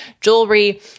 jewelry